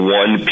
one